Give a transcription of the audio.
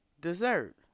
dessert